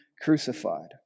crucified